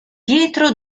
pietro